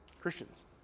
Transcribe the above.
Christians